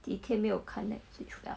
几天没有看 netflix liao